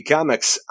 Comics